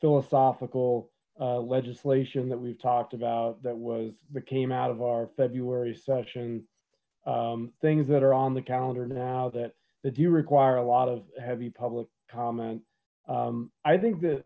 philosophical legislation that we've talked about that was that came out of our february session things that are on the calendar now that the do you require a lot of heavy public comment i think that